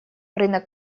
рынок